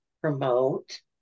promote